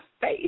face